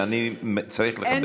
ואני צריך לכבד את המזכירות.